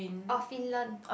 orh Finland